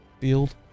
Field